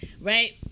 right